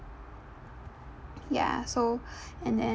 ya so and then